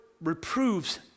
reproves